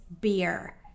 beer